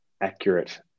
accurate